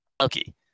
okay